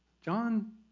John